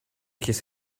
his